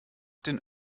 den